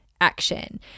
action